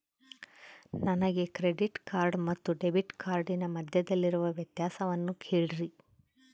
ನನಗೆ credit card ಮತ್ತು debit ಕಾರ್ಡಿನ ಮಧ್ಯದಲ್ಲಿರುವ ವ್ಯತ್ಯಾಸವನ್ನು ಹೇಳ್ರಿ?